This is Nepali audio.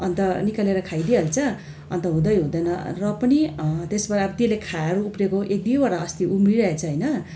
अन्त निकालेर खाइ दिइहाल्छ अन्त हुँदै हुँदैन र पनि त्यसमा अब त्यसले खाएर उब्रेको एक दुइवटा अस्ति उम्रिरहेछ होइन